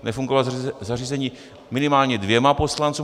Nefungovalo zařízení minimálně dvěma poslancům.